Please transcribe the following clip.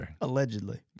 Allegedly